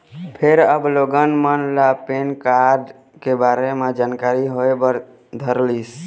फेर अब लोगन मन ल पेन कारड के बारे म जानकारी होय बर धरलिस